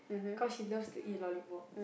cause she love to eat lollipop